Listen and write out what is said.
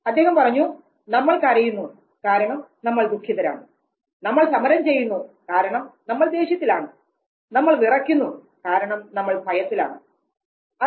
അദ്ദേഹം പറഞ്ഞു "നമ്മൾ കരയുന്നു കാരണം നമ്മൾ ദുഃഖിതരാണ് നമ്മൾ സമരം ചെയ്യുന്നു കാരണം നമ്മൾ ദേഷ്യത്തിലാണ് നമ്മൾ വിറക്കുന്നു കാരണം നമ്മൾ ഭയത്തിലാണ്"